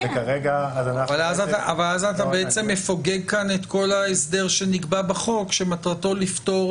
אבל אז אתה מפוגג כאן את כל ההסדר שנקבע בחוק שמטרתו לפתור